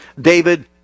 David